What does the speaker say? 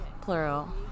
plural